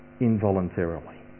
involuntarily